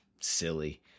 silly